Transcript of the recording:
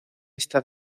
esta